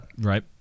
Right